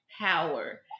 power